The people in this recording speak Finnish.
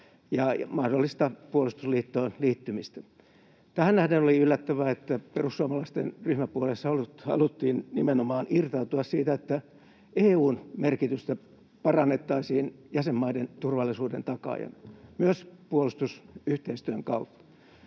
ja mahdollista puolustusliittoon liittymistä. Tähän nähden oli yllättävää, että perussuomalaisten ryhmäpuheessa haluttiin nimenomaan irtautua siitä, että EU:n merkitystä parannettaisiin jäsenmaiden turvallisuuden takaajana myös puolustusyhteistyön kautta.